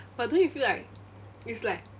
but don't you feel like it's like